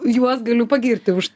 juos galiu pagirti už